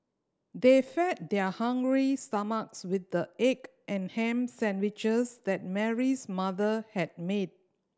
they fed their hungry stomachs with the egg and ham sandwiches that Mary's mother had made